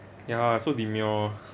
ya so demure